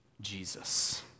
Jesus